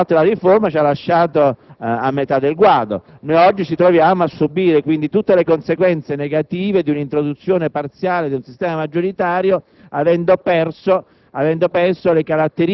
Il non completamento, peraltro, della riforma ci ha lasciato a metà del guado. Oggi ci troviamo a subire tutte le conseguenze negative di un'introduzione parziale di un sistema maggioritario, avendo perso